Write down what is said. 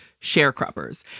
sharecroppers